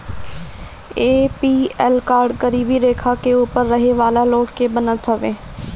APL card गरीबी रेखा के ऊपर रहे वाला लोग के बनत हवे